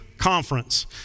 conference